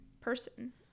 person